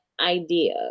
idea